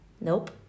Nope